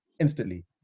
Instantly